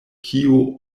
kio